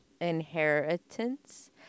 Inheritance